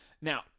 Now